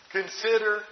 consider